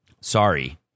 sorry